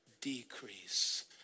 decrease